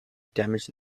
damage